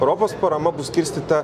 europos parama bus skirstyta